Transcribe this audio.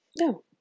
No